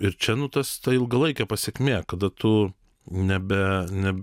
ir čia nu tas ta ilgalaikė pasekmė kada tu nebe ne